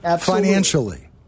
financially